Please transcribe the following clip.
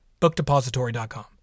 bookdepository.com